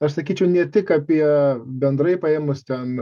aš sakyčiau ne tik apie bendrai paėmus ten